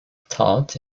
taught